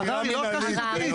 ערר היא לא ערכאה שיפוטית.